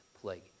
plague